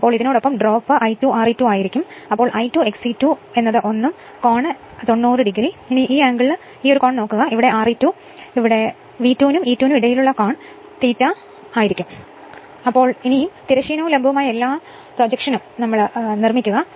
അതിനാൽ ഇതിനൊപ്പം drop I2 Re2 ആയിരിക്കും തുടർന്ന് I2 XE2 ഇത് 1 ആയിരിക്കും ഈ ആംഗിൾ 90 o ആണ് ഈ ആംഗിൾ 90 o ആണെന്നും ഇത് Re2 ആണെന്നും ഇത് Re2 ഉം V2 നും E2 നും ഇടയിലുള്ള കോണും ∂ ആയിരിക്കും ഇപ്പോൾ തിരശ്ചീനവും ലംബവുമായ എല്ലാ പ്രൊജക്ഷനും നിർമ്മിക്കുക